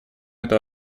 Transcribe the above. эту